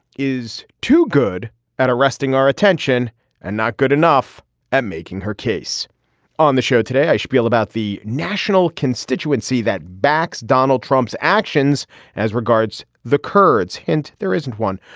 is too good at arresting our attention and not good enough at making her case on the show. today i spiel about the national constituency that backs donald trump's actions as regards the kurds. and there isn't one.